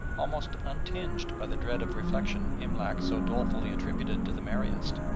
almost untinged by the dread of reflection imlac so dolefully attributed to the merriest.